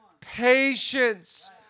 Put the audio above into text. patience